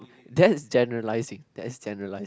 that's generalising that's generalising